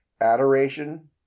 Adoration